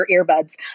earbuds